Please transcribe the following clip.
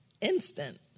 instant